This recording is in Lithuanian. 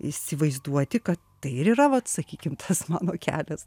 įsivaizduoti kad tai ir yra vat sakykim mano kelias